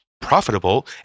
profitable